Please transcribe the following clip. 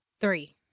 Three